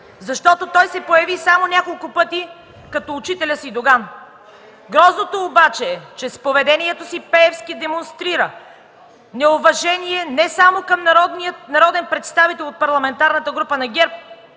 Той се появи само няколко пъти, като учителя си Доган. Грозното обаче е, че с поведението си Пеевски демонстрира неуважение не само към народен представител от Парламентарна група на ГЕРБ,